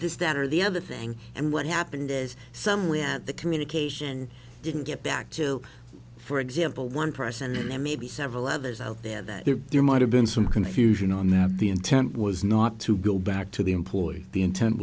that or the other thing and what happened is some when the communication didn't get back to for example one person and maybe several others out there that there might have been some confusion on that the intent was not to go back to the employee the intent